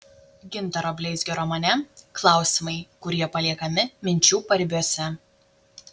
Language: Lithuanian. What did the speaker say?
gintaro bleizgio romane klausimai kurie paliekami minčių paribiuose